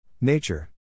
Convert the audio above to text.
Nature